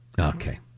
okay